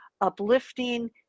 uplifting